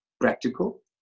practical